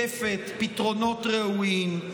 ההצעה הזו עוקפת פתרונות ראויים.